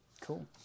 cool